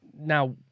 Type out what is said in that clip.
now